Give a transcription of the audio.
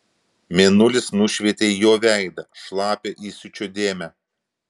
mėnulis nušvietė jo veidą šlapią įsiūčio dėmę